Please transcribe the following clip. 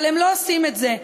אבל הם לא עושים את זה.